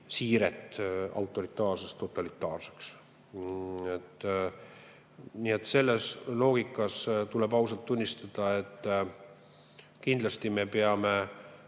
siiret autoritaarsest totalitaarseks. Selle loogika järgi tuleb ausalt tunnistada, et kindlasti meie peame,